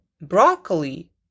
broccoli